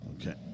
Okay